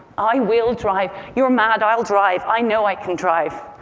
i will drive. you're mad. i'll drive. i know i can drive.